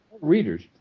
readers